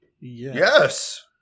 Yes